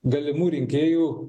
galimų rinkėjų